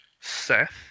Seth